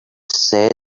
said